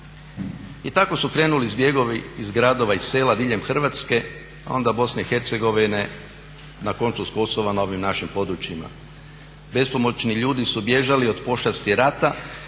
I tako su krenuli zbjegovi iz gradova i sela diljem Hrvatske, a onda BiH, na koncu s Kosova na ovim našim područjima. Bespomoćni ljudi su bježali od pošasti rata